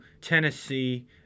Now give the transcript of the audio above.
Tennessee